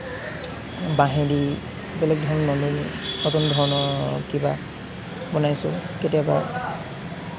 বাঁহী দি বেলেগ ধৰণৰ নতুন ধৰণৰ কিবা বনাইছোঁ কেতিয়াবা